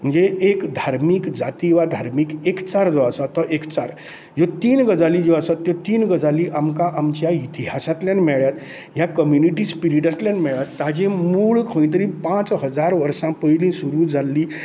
म्हणजे एक धार्मीक जाती वा धार्मीक एकचार जो आसा तो एकचार ह्यो तीन गजाली ज्यो आसा त्यो तीन गजाली आमकां आमच्या इतिहासांतल्यान मेळ्ळ्या ह्या कम्यूनिटी स्पिरिटांतल्यान मेळ्ळ्या ताचें मूळ खंय तरी पांच हजार वर्सां पयलीं सुरू जाल्ली